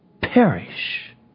perish